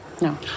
No